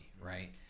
right